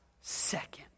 second